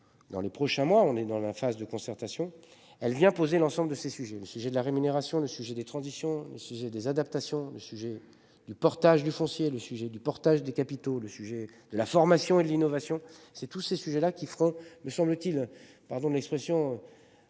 Dans les prochains mois, on est dans la phase de concertation elle vient poser l'ensemble de ces sujets. Le sujet de la rémunération. Le sujet des transitions le sujet des adaptations. Le sujet du portage du foncier. Le sujet du portage des capitaux. Le sujet de la formation et de l'innovation, c'est tous ces sujets-là qui feront, me semble-t-il. Pardon de l'expression.